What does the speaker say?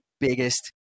biggest